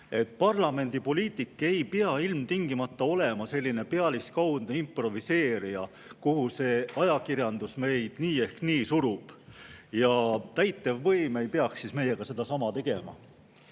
Parlamendipoliitik ei pea ilmtingimata olema selline pealiskaudne improviseerija, kuhu ajakirjandus meid nii ehk nii surub, ja täitevvõim ei peaks meiega sedasama tegema.